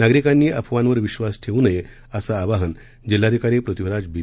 नागरिकांनी अफवांवर विश्वास ठेवू नये असं आवाहन जिल्हाधिकारी पृथ्वीराज बी